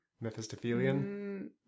Mephistophelian